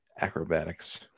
acrobatics